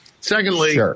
Secondly